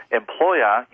employer